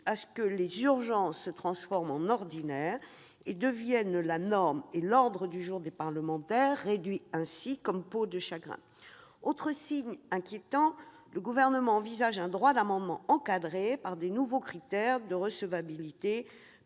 risque que les urgences se transforment en ordinaire et deviennent la norme, l'ordre du jour réservé aux parlementaires se réduisant comme peau de chagrin. Autre signe inquiétant : le Gouvernement envisage un droit d'amendement encadré par de nouveaux critères de recevabilité